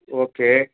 okay